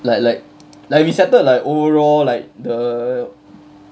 like like like we settled like overall like the